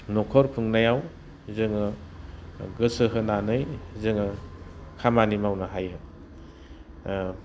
न'खर खुंनायाव जोङो गोसो होनानै जोङो खामानि मावनो हायो